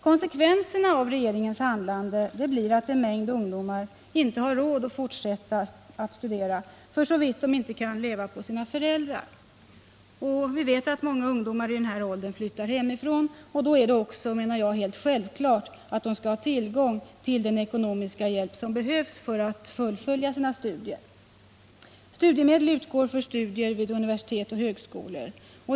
Konsekvenserna av regeringens handlande blir att en mängd ungdomar inte har råd att fortsätta studera för så vitt de inte kan leva på sina föräldrar. Vi vet att många ungdomar i denna ålder flyttar hemifrån, och då är det också, menar jag, helt självklart att de skall ha tillgång till den ekonomiska hjälp som behövs för att fullfölja studierna. Studiemedel utgår för studier vid universitet och högskolor.